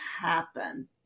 happen